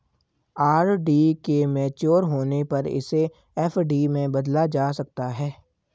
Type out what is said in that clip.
RD के mature होने पर इसे एफ.डी में बदला जा सकता है